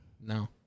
No